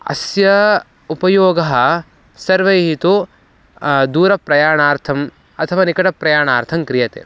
अस्य उपयोगः सर्वैः तु दूरप्रयाणार्थम् अथवा निकटप्रयाणार्थं क्रियते